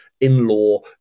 in-law